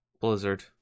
Blizzard